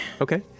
Okay